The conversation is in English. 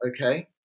okay